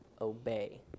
obey